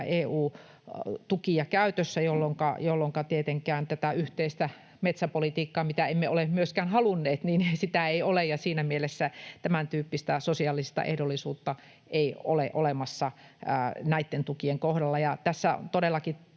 EU-tukia käytössä, jolloinka tietenkään tätä yhteistä metsäpolitiikkaa, mitä emme ole myöskään halunneet, ei ole ja siinä mielessä tämäntyyppistä sosiaalista ehdollisuutta ei ole olemassa näitten tukien kohdalla. Tässä todellakin